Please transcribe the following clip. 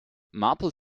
marple